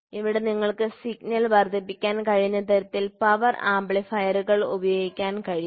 ഇവിടെ നിങ്ങൾക്ക് സിഗ്നൽ വർദ്ധിപ്പിക്കാൻ കഴിയുന്ന തരത്തിൽ പവർ ആംപ്ലിഫയറുകൾ ഉപയോഗിക്കാൻ കഴിയും